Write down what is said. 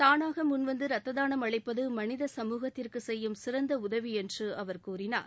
தானாக முன்வந்து ரத்ததானம் அளிப்பது மனித சமூகத்திற்கு செய்யும் சிறந்த உதவி என்று அவர் கூறினார்